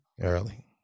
Early